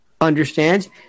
understands